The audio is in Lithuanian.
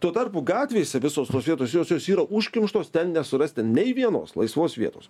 tuo tarpu gatvėse visos tos vietos josios yra užkimštos ten nesurasi ten nei vienos laisvos vietos